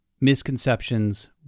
misconceptions